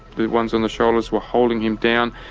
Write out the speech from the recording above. the ones on the shoulders were holding him down,